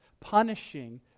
punishing